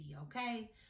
okay